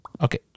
Okay